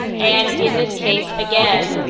and in this case, again,